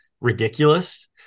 ridiculous